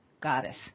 goddess